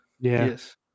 yes